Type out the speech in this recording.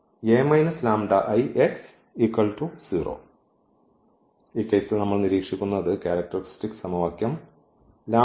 അതിനാൽ ഈ കേസിൽ നമ്മൾ നിരീക്ഷിക്കുന്നത് ക്യാരക്ടറിസ്റ്റിക് സമവാക്യം ആണ്